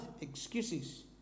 excuses